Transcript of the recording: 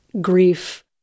grief